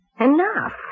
Enough